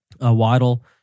Waddle